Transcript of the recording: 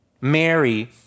Mary